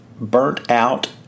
burnt-out